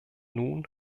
nun